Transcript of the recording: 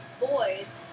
Boys